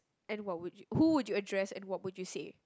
and what would you who would you address and what would you say